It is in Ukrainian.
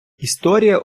історія